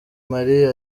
marie